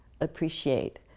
appreciate